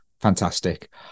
Fantastic